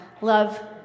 Love